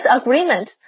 agreement